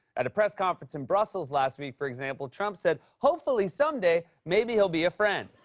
at a press conference in brussels last week, for example, trump said, hopefully someday, maybe he'll be a friend.